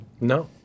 No